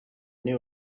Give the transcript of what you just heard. new